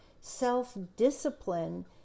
self-discipline